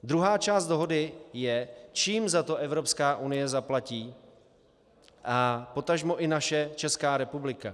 Druhá část dohody je, čím za to Evropská unie zaplatí a potažmo i naše Česká republika.